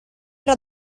era